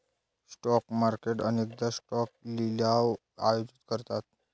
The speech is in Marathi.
स्टॉक मार्केट अनेकदा स्टॉक लिलाव आयोजित करतात